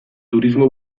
turismo